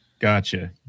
Gotcha